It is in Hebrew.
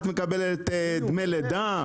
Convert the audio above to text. את מקבלת דמי לידה?